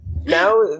now